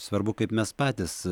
svarbu kaip mes patys